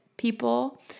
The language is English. People